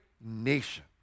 nation